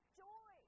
joy